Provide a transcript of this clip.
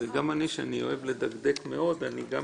גם אני שאני אוהב לדקדק מאוד אני גם